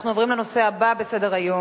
אנחנו עוברים לנושא הבא בסדר-היום: